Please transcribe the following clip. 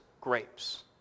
grapes